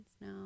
No